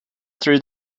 through